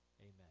Amen